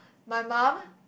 my mum